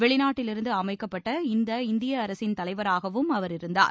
வெளிநாட்டிலிருந்து அமைக்கப்பட்ட இந்த இந்திய அரசின் தலைவராகவும் அவர் இருந்தார்